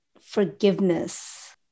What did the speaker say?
forgiveness